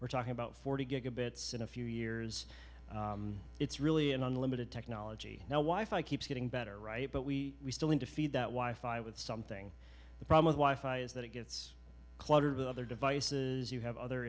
we're talking about forty gigabits in a few years it's really an unlimited technology now wife i keep getting better right but we still need to feed that why five with something the problem with wife eye is that it gets cluttered with other devices you have other